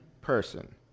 person